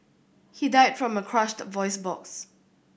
he died from a crushed voice box